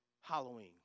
Halloween